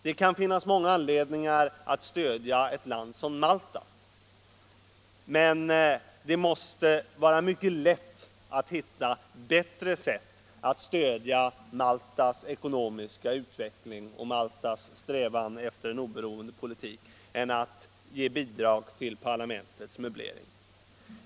Det kan finnas många anledningar till att stödja ett land som Malta, men det måste vara mycket lätt att hitta bättre sätt att stödja Maltas ekonomiska utveckling och strävan efter en oberoende politik än att ge bidrag till parlamentets möblering.